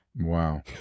Wow